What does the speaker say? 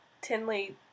Tinley